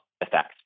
effects